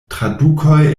tradukoj